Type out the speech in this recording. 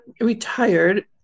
retired